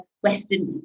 Western